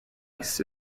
ice